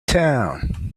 town